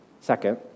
Second